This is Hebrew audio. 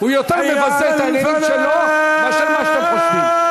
הוא יותר מבזה את העניינים שלו מאשר מה שאתם חושבים.